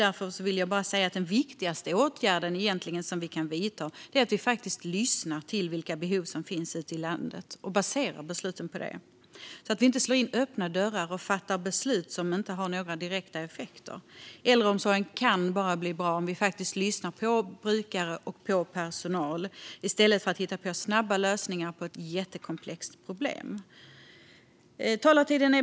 Jag vill bara säga att den viktigaste åtgärd som vi egentligen kan vidta är att vi faktiskt lyssnar till vilka behov som finns ute i landet och baserar besluten på det, så att vi inte slår in öppna dörrar och fattar beslut som inte har några direkta effekter. Äldreomsorgen kan bli bra bara om vi faktiskt lyssnar på brukare och på personal i stället för att hitta på snabba lösningar på ett jättekomplext problem.